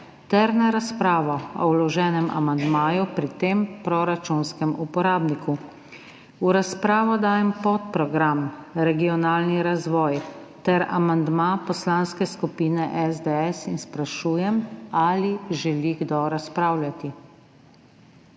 ter na razpravo o vloženem amandmaju pri tem proračunskem uporabniku. V razpravo dajem podprogram Regionalni razvoj ter amandma Poslanske skupine SDS in sprašujem, ali želi kdo razpravljati.